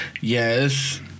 Yes